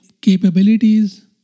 capabilities